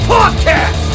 Podcast